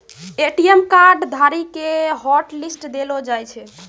ATM card धारी के hotlist देलो जाय छै